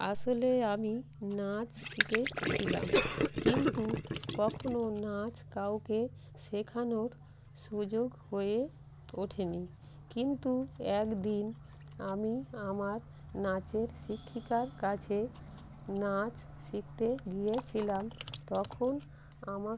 আসলে আমি নাচ শিখেছিলাম কিন্তু কখনও নাচ কাউকে শেখানোর সুযোগ হয়ে ওঠে নি কিন্তু এক দিন আমি আমার নাচের শিক্ষিকার কাছে নাচ শিখতে গিয়েছিলাম তখন আমার